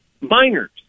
minors